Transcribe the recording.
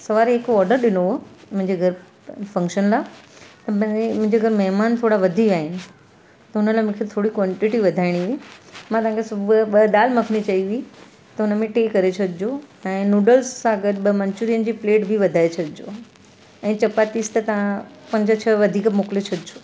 सवेलु हिकु ऑडर ॾिनो हुओ मुंहिंजे घरु फंक्शन लाइ त भाई मुंहिंजे घरु महिमान थोरा वधी विया आहिनि त हुन लाइ मूंखे थोरी कोंटीटी वधाइणी हुई मां तव्हांखे सुबुह दाल मखनी चई हुई त हुनमें टे करे छॾिजो ऐं नूडल्स सां गॾु ॿ मंचुरियन जी प्लेट बि वधाए छॾिजो ऐं चपातीस त तव्हां पंज छह वधीक मोकिले छॾिजो